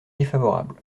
défavorable